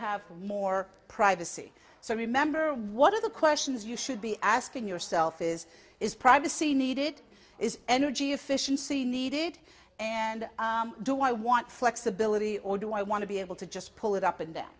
have more privacy so remember what are the questions you should be asking yourself is is privacy needed is energy efficiency needed and do i want flexibility or do i want to be able to just pull it up and